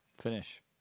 Finish